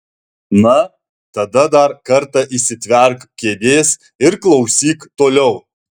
na tada dar kartą įsitverk kėdės ir klausyk toliau